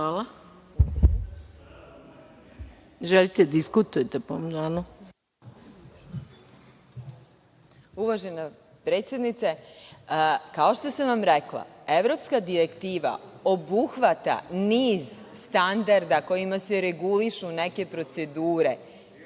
Hvala. Želite li da diskutujete po amandmanu? **Vesna Rakonjac** Uvažena predsednice, kao što sam vam rekla, Evropska direktiva obuhvata niz standarda kojima se regulišu neke procedure.